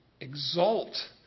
exult